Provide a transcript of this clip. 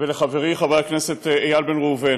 ולחברי חבר הכנסת איל בן ראובן,